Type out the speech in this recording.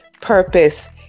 purpose